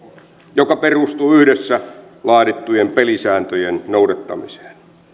joka perustuu yhdessä laadittujen pelisääntöjen noudattamiseen